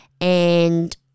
and-